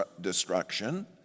destruction